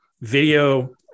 video